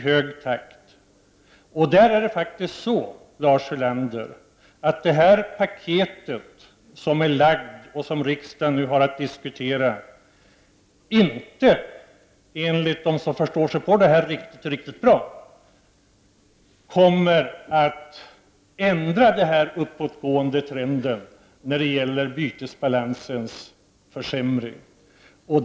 Det paket av åtgärder som regeringen nu har framlagt och som riksdagen diskuterar kommer, enligt dem som förstår sig på saken, inte att ändra trenden i bytesbalansens försämring.